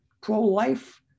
pro-life